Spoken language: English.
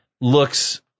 looks